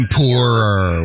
poorer